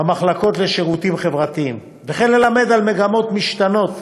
במחלקות לשירותים חברתיים וללמד על מגמות משתנות